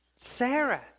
Sarah